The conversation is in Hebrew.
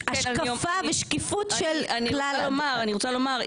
ובאמצעות השקפה ושקיפות של כלל ה --- אני רוצה לומר,